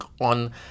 on